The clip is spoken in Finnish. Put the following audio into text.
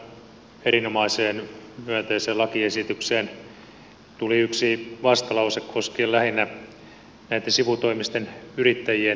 tähän sinällään erinomaiseen myönteiseen lakiesitykseen tuli yksi vastalause koskien lähinnä näitten sivutoimisten yrittäjien tukemista